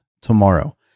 tomorrow